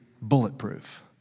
bulletproof